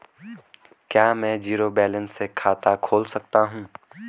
क्या में zero balance से भी खाता खोल सकता हूँ?